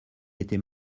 etait